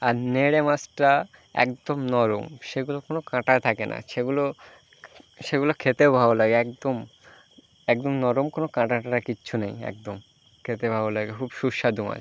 আর নেড়ে মাছটা একদম নরম সেগুলো কোনো কাঁটা থাকে না সেগুলো সেগুলো খেতেও ভালো লাগে একদম একদম নরম কোনো কাঁটা টাটা কিচ্ছু নেই একদম খেতে ভালো লাগে খুব সুস্বাদু মাছ